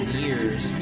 years